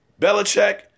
Belichick